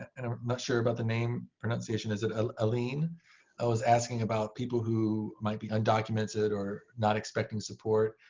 and i'm not sure about the name pronunciation. is it ah aileen was asking about people who might be undocumented or not expecting support.